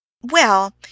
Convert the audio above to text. Well